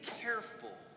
careful